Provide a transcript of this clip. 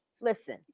listen